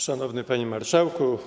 Szanowny Panie Marszałku!